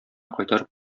кайтарып